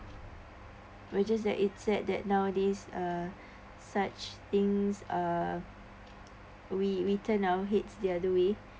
will just that it said that nowadays uh such things uh we we turn our heads the other way